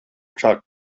truck